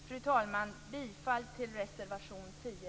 Fru talman! Bifall till reservation 10!